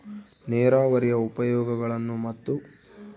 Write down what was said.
ನೇರಾವರಿಯ ಉಪಯೋಗಗಳನ್ನು ಮತ್ತು?